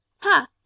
ha